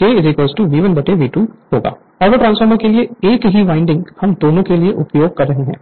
2108 autotransformer के लिए एक ही वाइंडिंग हम दोनों के लिए उपयोग कर रहे हैं